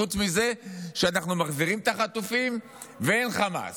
חוץ מזה שאנחנו מחזירים את החטופים ואין חמאס,